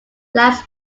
last